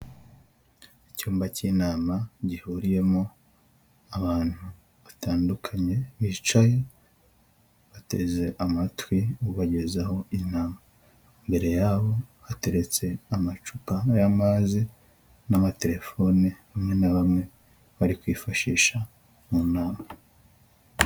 Icyumba cy'inama gihuriyemo abantu batandukanye bicaye bateze amatwi ubagezaho inama, imbere yabo hateretse amacupa y'amazi n'amatelefone bamwe na bamwe bari kwifashisha mu nama.